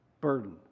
burden